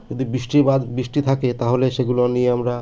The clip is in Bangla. যদি বৃষ্টি বাদ বৃষ্টি থাকে তাহলে সেগুলো নিয়ে আমরা